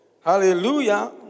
hallelujah